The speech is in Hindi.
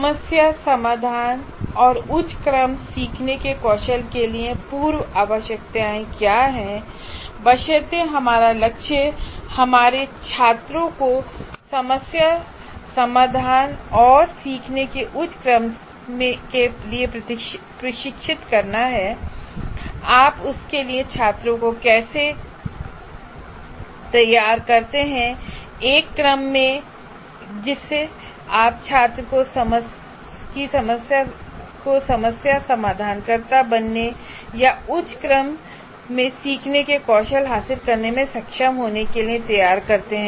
समस्या समाधान और उच्च क्रम सीखने के कौशल के लिए पूर्व आवश्यकताओं क्या है बशर्ते हमारा लक्ष्य हमेशा हमारे छात्रों को समस्या समाधान और सीखने के उच्च क्रम के लिए प्रशिक्षित करना है आप उसके लिए छात्रों को कैसे तैयार करते हैं एक क्रम है जिसमें आप छात्र को समस्या समाधानकर्ता बनने या उच्च क्रम सीखने के कौशल हासिल करने में सक्षम होने के लिए तैयार करते हैं